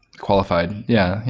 qualified. yeah,